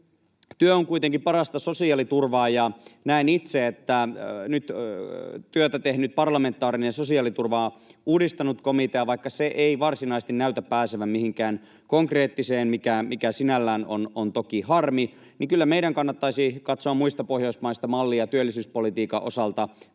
työ on kuitenkin parasta sosiaaliturvaa, ja näen itse, että vaikka nyt työtä tehnyt parlamentaarinen sosiaaliturvaa uudistanut komitea ei varsinaisesti näytä pääsevän mihinkään konkreettiseen, mikä sinällään on toki harmi, niin kyllä meidän kannattaisi katsoa muista Pohjoismaista mallia työllisyyspolitiikan osalta.